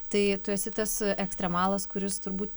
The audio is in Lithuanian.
tai tu esi tas ekstremalas kuris turbūt